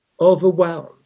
Overwhelmed